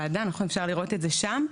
נכון, אפשר לראות את זה גם באתר הוועדה.